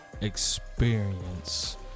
experience